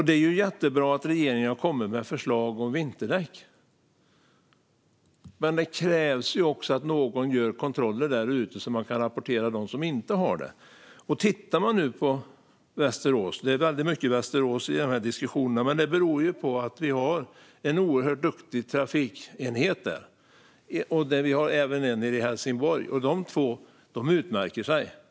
Det är jättebra att regeringen har lagt fram förslag om vinterdäck, men det krävs också att någon kontrollerar och rapporterar dem som inte har vinterdäck. Det är mycket om Västerås i dessa diskussioner, men det beror på att det finns en duktig trafikenhet där. Det finns också en sådan i Helsingborg. De två utmärker sig.